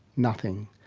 nothing.